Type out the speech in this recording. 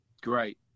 great